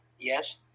Yes